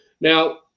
Now